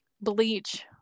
bleach